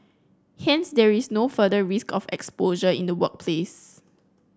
hence there is no further risk of exposure in the workplace